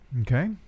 Okay